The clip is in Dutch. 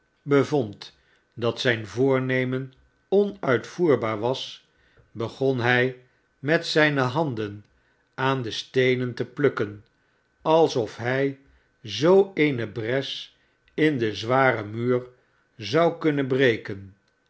pevond dat zijn voornemen onuitvoerbaar was begon hij met zijne handen aan de steenen te plukken alsof hij zoo eene bres m den zwaren muur zou kunnen breken